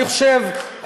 אני חושב,